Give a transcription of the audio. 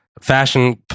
Fashion